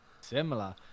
Similar